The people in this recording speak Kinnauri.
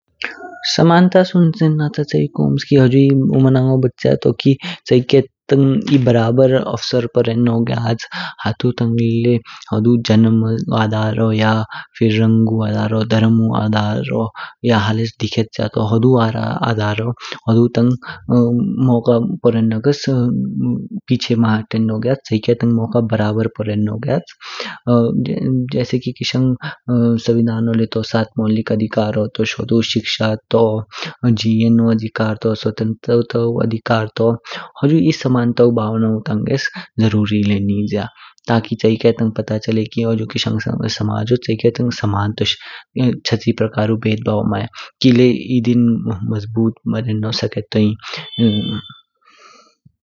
समानता सुनचेन त च्यिकू ओम्स्की हुजुई मोनाओ ब्च्या तू कि चयिके तंग एक बराबर अवसर पोरेनो ग्याच। हाती तंग ल्य हुदु जनम आधारो, रंग आधारो, धर्म उ आधारो या हालेस दिखेच्य त हुदु आधारो हुदु तंग मौका पोरेङस पिछे माँ हतेनो ग्याच, चयेक तंग मौका बराबर पोरेनो ग्याच। जैसे कि केशांग संविधानो ल्य तो सात मौलिक अधिकारो तोश, होडो शिक्षा तो, जीएनो अधिकार तो, स्वतंत्रौ अधिकार तो। हुजु समानतौ भवनौ तंगेस जरूरी ल्य निज्या, ताकि च्यिके तंग पता चलो कि हुजु किशांग समाजो चयी सम्मान तोश। चाची बेध बव माय, कि ले एक दिन मजबूत बन्ने सकेतोइन।